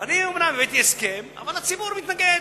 אני אומנם הבאתי הסכם, אבל הציבור מתנגד?